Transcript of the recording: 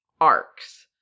arcs